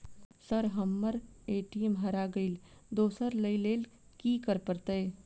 Sir हम्मर ATM हरा गइलए दोसर लईलैल की करऽ परतै?